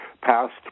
Past